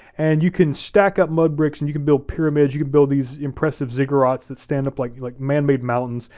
and you can stack up mud bricks, and you can build pyramids, you can build these impressive ziggurats that stand up like like man-made mountains,